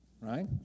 Right